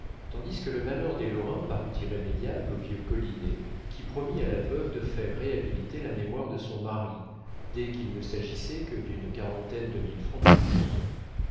tandis que le malheur des lorrain parut irrémédiable au vieux collinet qui promit à la veuve de faire réhabiliter la mémoire de son mari dès qu'il ne s'agissait que d'une quarantaine de mille francs de plus